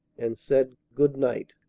and said good-night.